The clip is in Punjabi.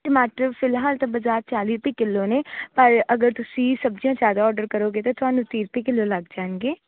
ਟਮਾਟਰ ਫ਼ਿਲਹਾਲ ਤਾਂ ਬਾਜ਼ਾਰ ਚਾਲੀ ਰੁਪਏ ਕਿੱਲੋ ਨੇ ਪਰ ਅਗਰ ਤੁਸੀਂ ਸਬਜ਼ੀਆਂ ਜ਼ਿਆਦਾ ਔਡਰ ਕਰੋਗੇ ਤਾਂ ਤੁਹਾਨੂੰ ਤੀਹ ਰੁਪਏ ਕਿੱਲੋ ਲੱਗ ਜਾਣਗੇ